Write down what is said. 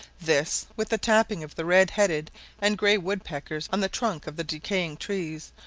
this, with the tapping of the red-headed and grey woodpeckers on the trunk of the decaying trees,